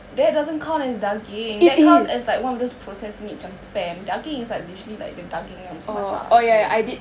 that doesn't count as daging that counts as one of those processed meat macam spam daging is like literally daging yang macam masak tu